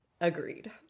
Agreed